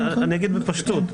אני אגיד בפשטות.